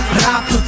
rap